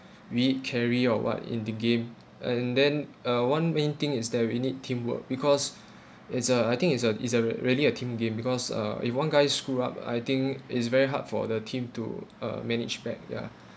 we carry or what in the game and then uh one main thing is that we need teamwork because it's a I think is a is a really a team game because uh if one guy screw up I think is very hard for the team to uh managed back ya